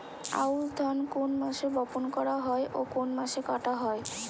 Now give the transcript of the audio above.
আউস ধান কোন মাসে বপন করা হয় ও কোন মাসে কাটা হয়?